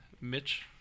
Mitch